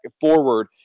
forward